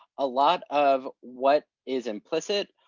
a lot of what is implicit,